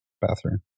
bathroom